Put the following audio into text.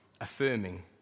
Affirming